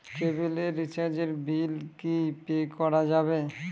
কেবিলের রিচার্জের বিল কি পে করা যাবে?